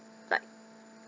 like